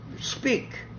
speak